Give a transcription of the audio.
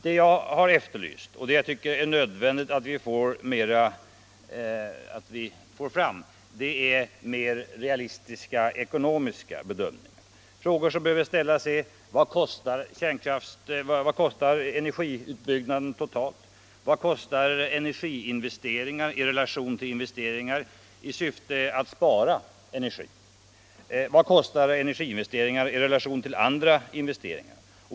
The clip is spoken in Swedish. Det jag har efterlyst och tycker är nödvändigt att få fram är en mera realistisk ekonomisk bedömning. Frågor som behöver ställas är: Vad kostar energiutbyggnaden totalt? Vad kostar energiinvesteringar i relation till investeringar i syfte att spara energi? Vad kostar energiinvesteringar i relation till andra investeringar?